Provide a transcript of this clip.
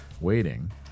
waiting